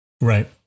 Right